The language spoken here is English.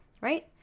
right